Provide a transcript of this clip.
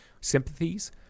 sympathies